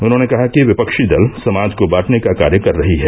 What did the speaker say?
उन्होंने कहा कि विपक्षी दल समाज को बांटने का कार्य कर रही हैं